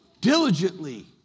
diligently